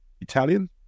Italian